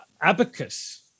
Abacus